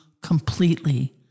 completely